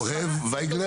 אוהד וייגלר?